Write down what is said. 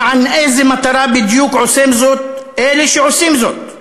למען איזו מטרה בדיוק עושים זאת אלה שעושים זאת?